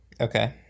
Okay